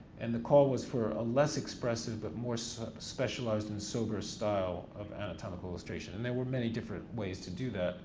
and the call was for a less expressive but more so specialized and sober style of anatomic illustration and there were many different ways to do that